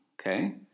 okay